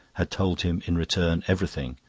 had told him in return everything,